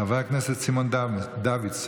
חבר הכנסת סימון דוידסון.